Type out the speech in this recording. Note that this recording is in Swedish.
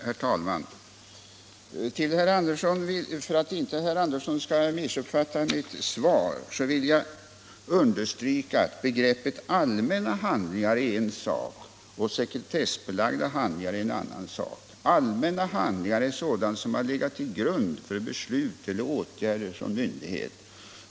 Herr talman! För att herr Andersson i Örebro inte skall missuppfatta mitt svar vill jag understryka att begreppet allmänna handlingar är en sak och sekretessbelagda handlingar en annan. Allmänna handlingar är sådana som har legat till grund för beslut av eller åtgärder från myndighet.